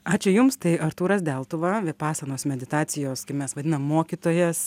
ačiū jums tai artūras deltuva vipasanos meditacijos kaip mes vadinam mokytojas